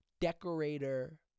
Decorator